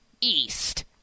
East—